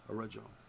Original